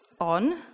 On